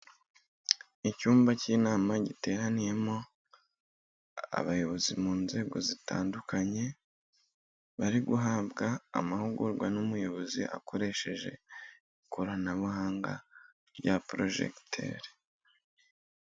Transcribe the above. Icyumba cy'inama giteraniyemo abayobozi mu nzego zitandukanye, bari guhabwa amahugurwa n'umuyobozi akoresheje ikoranabuhanga rya porojegiteri.